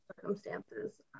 circumstances